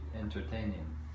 entertaining